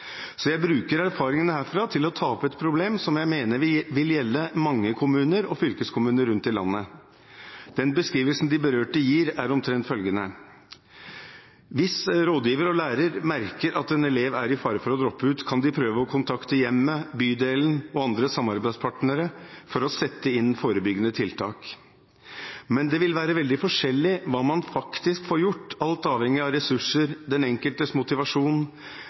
Så jeg bruker erfaringene herfra til å ta opp et problem som jeg mener vil gjelde mange kommuner og fylkeskommuner rundt i landet. Den beskrivelsen de berørte gir, er omtrent følgende: Hvis rådgiver og lærer merker at en elev er i fare for å droppe ut, kan de prøve å kontakte hjemmet, bydelen og andre samarbeidspartnere for å sette inn forebyggende tiltak. Men det vil være veldig forskjellig hva man faktisk får gjort – alt avhengig av ressurser, den enkeltes motivasjon,